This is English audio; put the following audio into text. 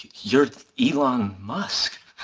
you're elon musk.